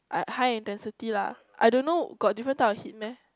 high high intensity lah I don't know got different type of hit meh